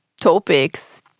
topics